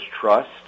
trust